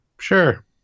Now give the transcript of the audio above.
Sure